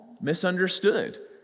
misunderstood